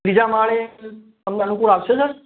બીજા માળે તમને અનૂકુળ આવશે સર